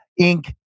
Inc